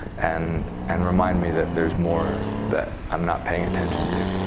and and remind me that there's more that i'm not paying attention to.